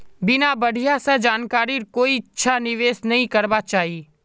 बिना बढ़िया स जानकारीर कोइछा निवेश नइ करबा चाई